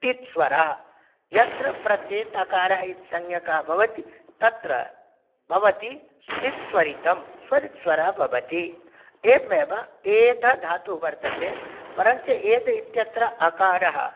टित् स्वराः यत्र प्रत्ययतकारः इत्संज्ञकः भवति तत्र भवति टित् स्वरितम् स्वरितस्वरः भवति एवमेव एधधातुः वर्तते परञ्च एध् इत्यत्र अकारः